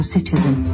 Citizen